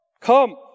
Come